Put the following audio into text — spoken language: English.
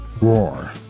Roar